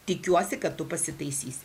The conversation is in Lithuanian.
tikiuosi kad tu pasitaisysi